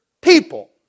people